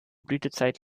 blütezeit